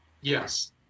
Yes